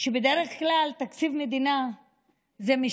והוא שבדרך כלל תקציב מדינה משקף,